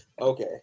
Okay